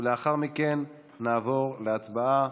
ולאחר מכן נעבור להצבעה.